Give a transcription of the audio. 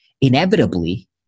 inevitably